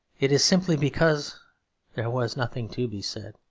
it is simply because there was nothing to be said.